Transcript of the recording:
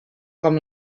com